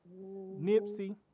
Nipsey